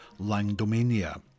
Langdomania